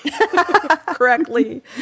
correctly